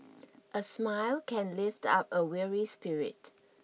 a smile can lift up a weary spirit